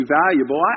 valuable